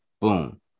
Boom